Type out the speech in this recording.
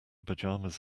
pajamas